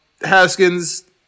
Haskins